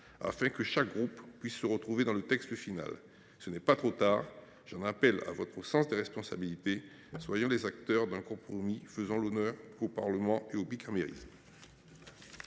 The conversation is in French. afin que chaque groupe puisse se retrouver dans le texte final. Il n’est pas trop tard ! J’en appelle donc à votre sens des responsabilités, mes chers collègues. Soyons les acteurs d’un compromis, faisons honneur au Parlement et au bicamérisme